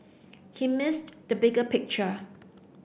he missed the bigger picture